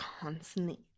constantly